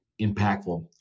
impactful